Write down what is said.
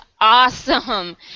awesome